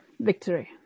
victory